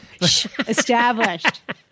Established